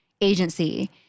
agency